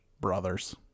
Brothers